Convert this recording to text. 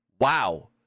Wow